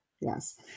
Yes